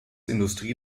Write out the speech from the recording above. industrie